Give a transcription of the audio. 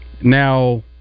Now